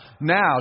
now